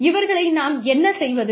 இவர்களை நாம் என்ன செய்வது